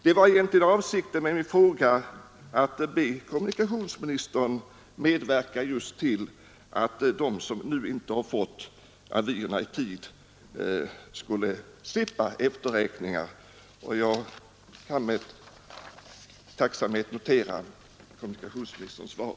Det var egentligen avsikten med min fråga att be kommunikationsministern att medverka till att de som inte fått avierna skulle slippa efterräkningar, och jag kan med tacksamhet notera kommunikationsministerns svar.